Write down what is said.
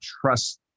trust